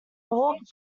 hawk